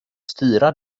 styra